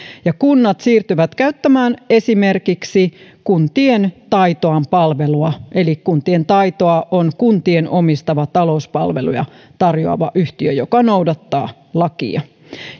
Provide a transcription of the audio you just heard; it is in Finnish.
ja kunnat siirtyvät käyttämään esimerkiksi kuntien taitoan palvelua eli kuntien taitoa on kuntien omistama talouspalveluja tar joava yhtiö joka noudattaa lakia